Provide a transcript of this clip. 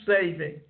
saving